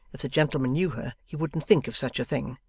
if the gentleman knew her he wouldn't think of such a thing.